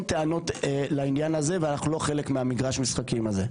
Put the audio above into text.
טענות לעניין הזה ואנחנו לא חלק ממגרש המשחקים הזה.